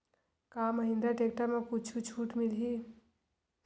का महिंद्रा टेक्टर म कुछु छुट मिलही?